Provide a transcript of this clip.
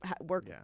Work